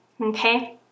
Okay